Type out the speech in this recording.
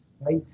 right